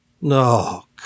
no